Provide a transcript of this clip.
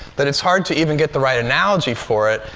that it's hard to even get the right analogy for it.